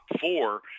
four